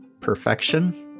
perfection